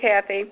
Kathy